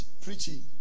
preaching